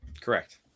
Correct